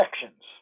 sections